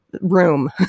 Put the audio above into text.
room